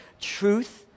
Truth